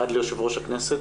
אחד ליושב ראש הכנסת,